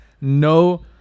no